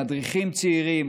מדריכים צעירים,